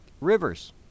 Rivers